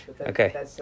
Okay